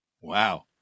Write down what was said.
Wow